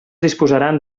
disposaran